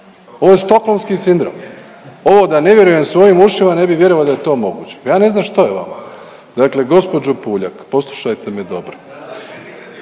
Ovo je Stokholmski sindrom. Ovo da ne vjerujem svojim ušima, ne bi vjerovao da je to moguće. Ja ne znam što je vama. Dakle gospođo Puljak, poslušajte me dobro.